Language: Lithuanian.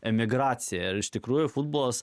emigraciją iš tikrųjų futbolas